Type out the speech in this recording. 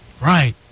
Right